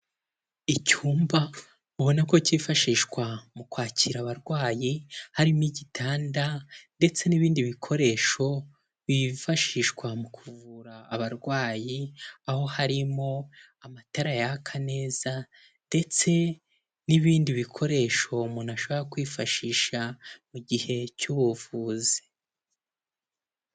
Icyumba ubona ko cyifashishwa mu kwakira abarwayi harimo igitanda ndetse n'ibindi bikoresho byifashishwa mu kuvura abarwayi, aho harimo amatara yaka neza ndetse n'ibindi bikoresho umuntu ashobora kwifashisha mu gihe cy'ubuvuzi.